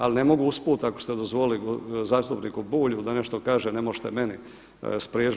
Ali ne mogu usput, ako ste dozvolili zastupniku Bulju da nešto kaže, ne možete meni spriječiti.